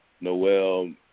Noel